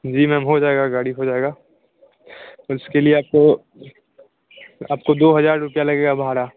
जी ma'am हो जाएगा गाड़ी हो जाएगा उसके लिए आपको आपको दो हज़ार रुपया लगेगा भाड़ा